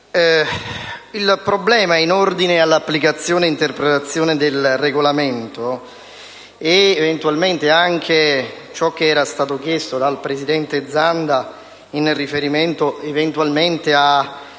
Il problema è in ordine all'applicazione ed all'interpretazione del Regolamento ed eventualmente anche a ciò che era stato chiesto dal presidente Zanda in riferimento all'eventualità di